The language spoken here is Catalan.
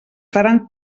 faran